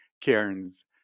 cairns